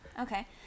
okay